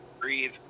breathe